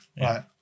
Right